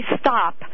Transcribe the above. stop